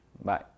Bye